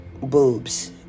boobs